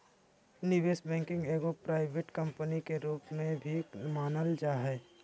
निवेश बैंकिंग के एगो प्राइवेट कम्पनी के रूप में भी मानल जा हय